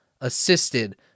assisted